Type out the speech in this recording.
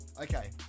Okay